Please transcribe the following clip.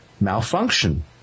malfunction